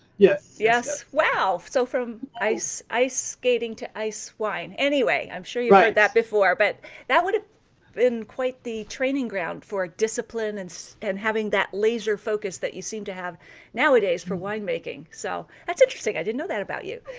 yes. yes, wow so from ice ice skating to ice wine. anyway, i'm sure you heard that before but that would have been quite the training ground for discipline and so and having that laser focus that you seem to have nowadays for winemaking. so that's interesting. i didn't know that about you.